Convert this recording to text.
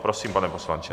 Prosím, pane poslanče.